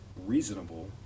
reasonable